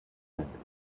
concerned